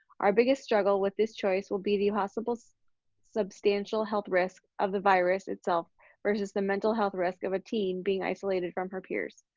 our biggest struggle with this choice will be the possible substantial health risk of the virus itself versus the mental health risk of a teen being isolated from her peers.